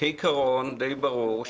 כעיקרון די ברור,